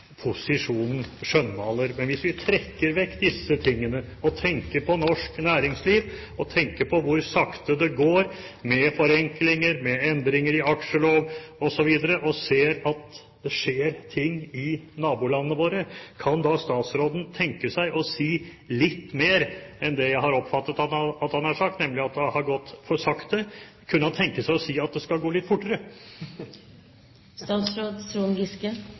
posisjonen skjønnmaler. Men hvis vi tar bort dette og tenker på norsk næringsliv, tenker på hvor sakte det går med forenklinger, med endringer i aksjelov osv. og ser at det skjer ting i nabolandene våre, kan statsråden da tenke seg å si litt mer enn det jeg har oppfattet at han har sagt, nemlig at det har gått for sakte? Kunne han tenke seg å si at det skal gå litt fortere?